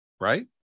right